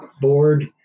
board